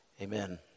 amen